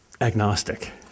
agnostic